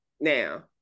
Now